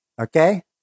okay